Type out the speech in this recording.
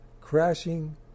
crashing